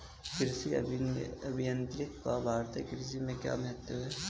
कृषि अभियंत्रण का भारतीय कृषि में क्या महत्व है?